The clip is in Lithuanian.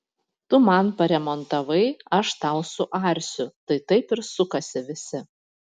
tu man paremontavai aš tau suarsiu tai taip ir sukasi visi